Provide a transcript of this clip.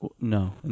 no